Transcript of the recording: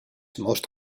most